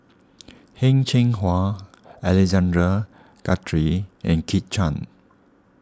Heng Cheng Hwa Alexander Guthrie and Kit Chan